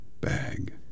bag